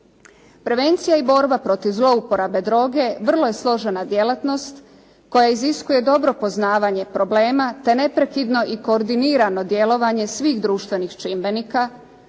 Prevencija i borba protiv zlouporabe droge vrlo je složena djelatnost koja iziskuje dobro poznavanje problema te neprekidno i koordinirano djelovanje svih društvenih čimbenika